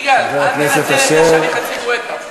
יגאל, אל תנצל את זה שאני חצי גואטה.